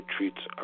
Treats